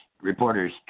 reporters